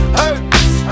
hurts